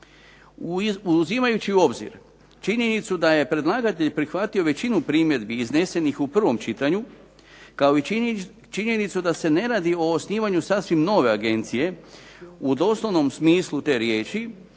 Uzimajući u obzir činjenicu da je predlagatelj prihvatio većinu primjedbi iznesenih u prvom činjenicu, kao i činjenicu da se ne radi o osnivanju sasvim nove agencije u doslovnom smislu te riječi,